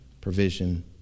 provision